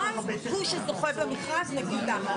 הדד ליין של הישיבה יהיה 19:00 לא יותר.